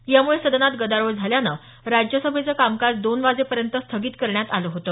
यामुळे सदनात गदारोळ झाल्यानं राज्यसभेचं कामकाज दोन वाजेपर्यंत स्थगित करण्यात आलं होतं